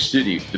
City